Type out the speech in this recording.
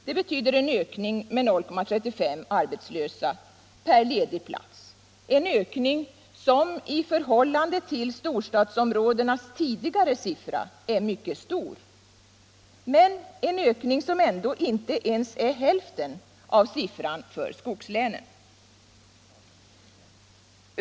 Det betyder en ökning med 0,35 arbetslösa per ledig plats — en ökning som i förhållande till storstadsområdenas tidigare siffra är mycket stor, men som ändå inte ens är hälften av siffran för skogslänen.